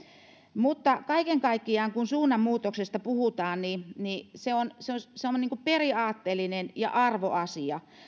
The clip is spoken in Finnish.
mutta kaiken kaikkiaan kun suunnanmuutoksesta puhutaan niin niin se on ikään kuin periaatteellinen ja arvoasia